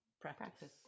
practice